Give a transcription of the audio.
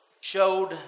showed